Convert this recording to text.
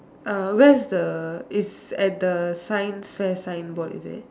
uh where is the is at the science fair sign board is it